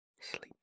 sleep